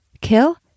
Kill